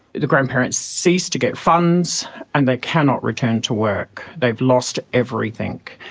the grandparents cease to get funds and they cannot return to work, they've lost everything.